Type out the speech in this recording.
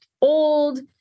old